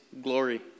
glory